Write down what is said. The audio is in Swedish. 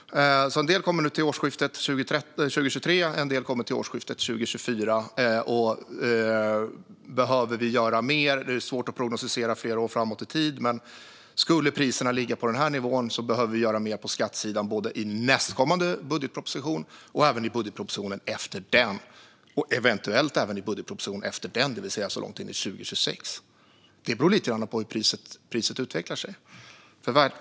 En del kommer till årsskiftet 2023, och en del kommer till årsskiftet 2024. Behöver vi göra mer? Det är svårt att prognostisera flera år framåt i tid, men skulle priserna ligga på den här nivån behöver vi göra mer på skattesidan både i nästkommande budgetproposition och även i budgetpropositionen efter den - och eventuellt även i budgetpropositionen efter den, det vill säga så långt fram som 2026. Det beror lite grann på hur priset utvecklar sig.